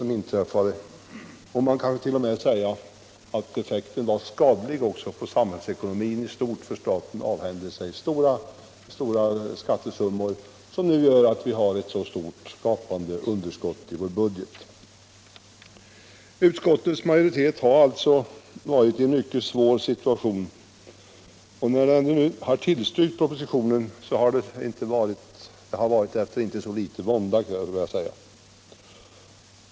Man kan t.o.m. säga att effekten var skadlig på samhällsekonomin i stort, eftersom staten avhändes betydande skattesummor som nu gör att vi har ett så stort underskott i budgeten. Utskottsmajoriteten har alltså varit i en mycket svår situation. När vi nu har tillstyrkt propositionen har det varit efter inte så liten vånda.